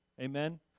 Amen